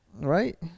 right